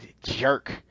jerk